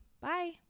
Bye